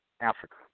Africa